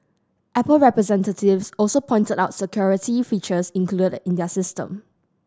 apple representatives also pointed out security features included in their system